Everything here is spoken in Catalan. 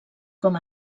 com